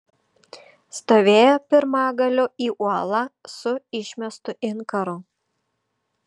stovėjo pirmagaliu į uolą su išmestu inkaru